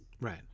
Right